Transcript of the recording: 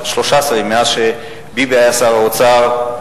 מאז שביבי היה שר האוצר,